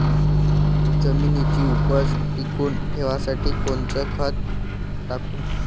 जमिनीची उपज टिकून ठेवासाठी कोनचं खत टाकू?